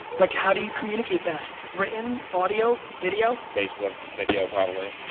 like how do you communicate best? written, audio, video? facebook, video probably.